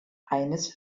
eines